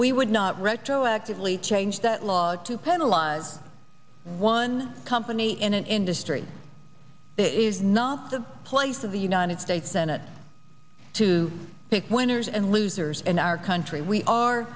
we would not retroactively change that law to penalize one company in an industry it is not the place of the united states senate to pick winners and losers in our country we are